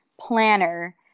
planner